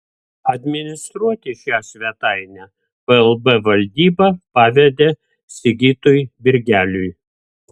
administruoti šią svetainę plb valdyba pavedė sigitui birgeliui